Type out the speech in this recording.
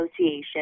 Association